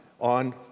on